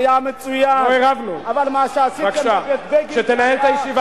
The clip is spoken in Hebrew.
לא בעניין העדה